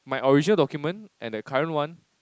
my original document and the current one